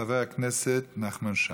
חבר הכנסת נחמן שי,